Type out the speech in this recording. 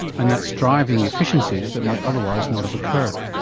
and that's driving efficiencies that might otherwise not have occurred.